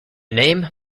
name